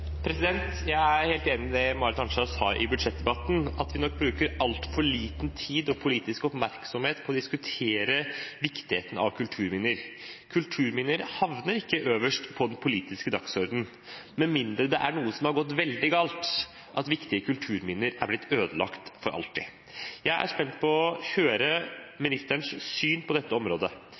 helt enig i det Marit Arnstad sa i budsjettdebatten, at vi nok bruker altfor lite tid og har lite politisk oppmerksomhet på å diskutere viktigheten av kulturminner. Kulturminner havner ikke øverst på den politiske dagsordenen med mindre det er noe som har gått veldig galt, at viktige kulturminner er blitt ødelagt for alltid. Jeg er spent på å høre ministerens syn på dette området,